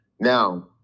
Now